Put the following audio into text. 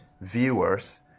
viewers